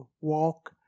walk